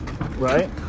right